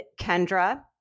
Kendra